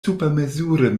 supermezure